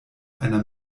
einer